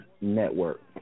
Network